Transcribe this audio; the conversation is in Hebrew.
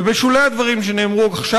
ובשולי הדברים שנאמרו עכשיו,